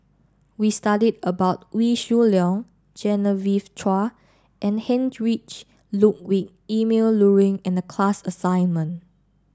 we studied about Wee Shoo Leong Genevieve Chua and Heinrich Ludwig Emil Luering in the class assignment